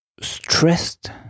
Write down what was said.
stressed